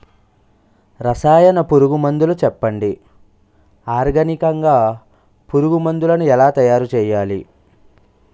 రసాయన పురుగు మందులు చెప్పండి? ఆర్గనికంగ పురుగు మందులను ఎలా తయారు చేయాలి?